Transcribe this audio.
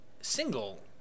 Single